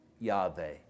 Yahweh